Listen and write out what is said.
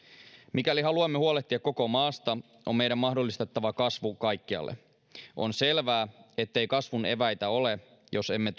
mikäli haluamme huolehtia koko maasta on meidän mahdollistettava kasvu kaikkialle on selvää ettei kasvun eväitä ole jos emme